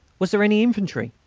was there any infantry?